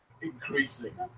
increasing